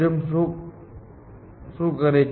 તેઓ best first search ને બદલે ડેપ્થ ફર્સ્ટ સર્ચ કરે છે